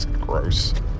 gross